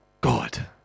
God